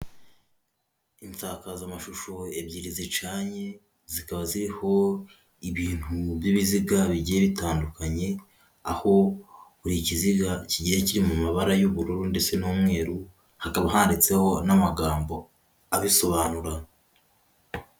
Insakazamashusho ebyiri zicanye, zikaba ziriho ibintu by'ibiziga bigiye bitandukanye, aho buri kiziga kigiye kiri mu mabara y'ubururu ndetse n'umweru, hakaba handitseho n'amagambo abisobanura.